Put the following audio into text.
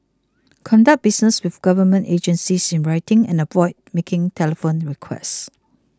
conduct business with government agencies in writing and avoid making telephone requests